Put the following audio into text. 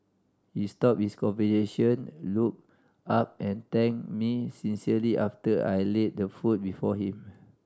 he stopped his conversation looked up and thanked me sincerely after I laid the food before him